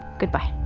goodbye.